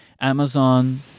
Amazon